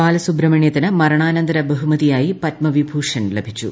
ബാലസുബ്രഹ്മണ്യത്തിനു മരണാനന്തര ബഹുമതിയായി പത്മവിഭൂഷൺ ലഭിച്ചു